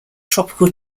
tropical